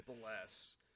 bless